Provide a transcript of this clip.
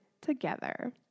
together